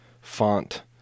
font